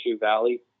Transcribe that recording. Valley